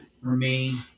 Remain